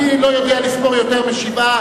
אני לא יודע לספור יותר משבעה,